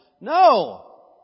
No